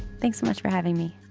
thanks so much for having me.